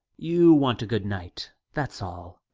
you want a good night, that's all.